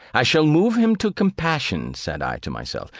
i shall move him to compassion, said i to myself,